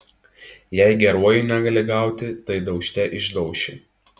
jei geruoju negali gauti tai daužte išdauši